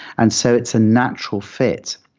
and so it's a natural fit.